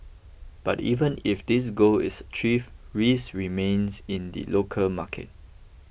but even if this goal is achieve risk remains in the local market